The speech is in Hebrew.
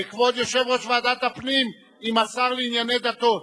כבוד יושב-ראש ועדת הפנים עם השר לענייני דתות,